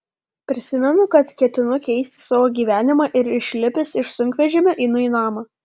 prisimenu kad ketinu keisti savo gyvenimą ir išlipęs iš sunkvežimio einu į namą